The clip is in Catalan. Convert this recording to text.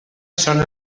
són